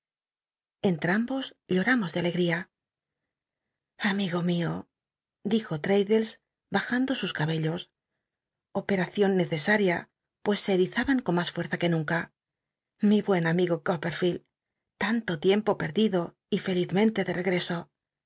lloramos de alegría amigo mio dijo traddles bajando sus cabellos operacion neccsal'ia pues se el'izaban con mas fueza c ue nunca mi buen amigo coppel'fielcl tan lo tiempo pcrdido y felizmente de regl'e